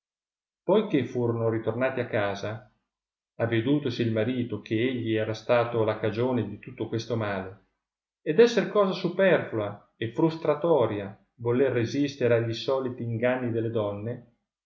che furono ritornati a casa avedutosi il marito che egli era stato la cagione di tutto questo male ed esser cosa superflua e frustratoria voler resistere a gli sottili inganni delle donne